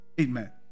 Amen